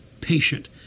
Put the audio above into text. patient